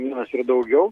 vienas ir daugiau